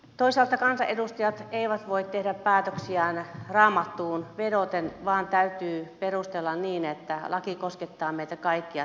toisaalta kansanedustajat eivät voi tehdä päätöksiään raamattuun vedoten vaan täytyy perustella niin että laki koskettaa meitä kaikkia samanveroisesti